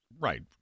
Right